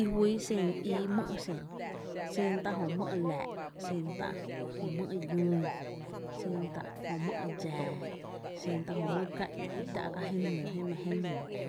I juyy xen, ii mý’ xen, xen tá’ jö mý’ laa’ xen tá’ jö mý’ yüü, xen tá’ jö mý’ dxⱥⱥ xen tá’ jö mý’ ká’n i tá’ kä jé mⱥ je nuu kö’